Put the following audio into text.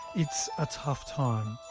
it's a tough time.